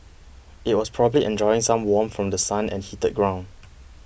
it was probably enjoying some warmth from The Sun and heated ground